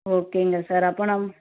ஓகேங்க சார் அப்போது நம்